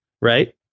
right